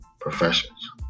professions